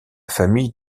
famille